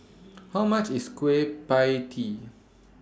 How much IS Kueh PIE Tee